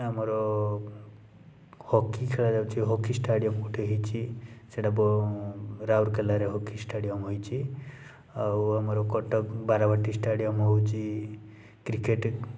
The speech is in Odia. ଆମର ହକି ଖେଳାଯାଉଛି ହକି ଷ୍ଟାଡ଼ିୟମ୍ ଗୋଟେ ହେଇଛି ସେଇଟା ବ ରାଉରକେଲାରେ ହକି ଷ୍ଟାଡ଼ିୟମ୍ ହୋଇଛି ଆଉ ଆମର କଟକ ବାରବାଟୀ ଷ୍ଟାଡ଼ିୟମ୍ ହେଉଛି କ୍ରିକେଟ୍